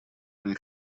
они